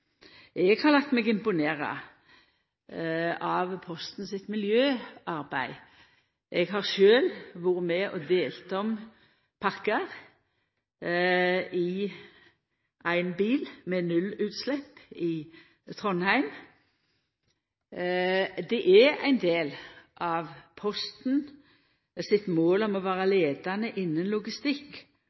Eg har late meg imponera av Posten sitt miljøarbeid. Eg har sjølv vore med og delt om pakkar i ein bil med nullutslepp i Trondheim. Det er ein del av Posten sitt mål om å vera leiande innan logistikk